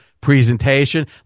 presentation